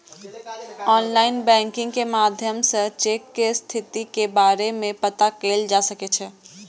online banking के माध्यम सं चेक के स्थिति के बारे मे पता कैल जा सकै छै